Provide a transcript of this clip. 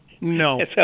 No